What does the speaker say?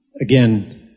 Again